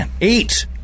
eight